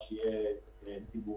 אז כמו שהחשב הכללי ציין,